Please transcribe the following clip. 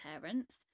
parents